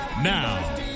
Now